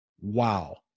wow